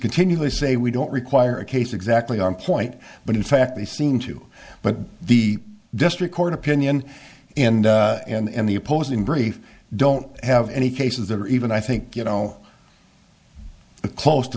continually say we don't require a case exactly on point but in fact they seem to but the district court opinion and and the opposing brief don't have any cases that are even i think you know close to